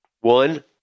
one